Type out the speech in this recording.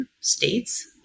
states